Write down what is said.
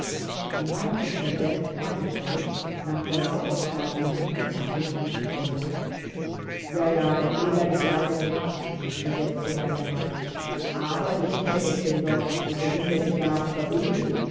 sie haben es mir selbst freigestellt nach verlauf von zwei monaten zu handeln wie ich wolle ja ja der fehler ist leider gemacht versetzte er gereizt aber ich finde es denn doch gelinde gesagt verwegen